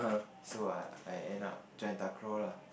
so I I end up join takraw lah